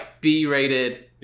B-rated